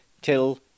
till